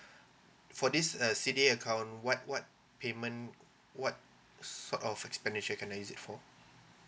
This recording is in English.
for this uh C_D_A account what what payment what sort of expenditure can I use it for